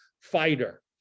fighter